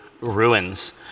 ruins